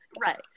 right